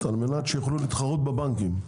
על מנת שיוכלו להתחרות בבנקים.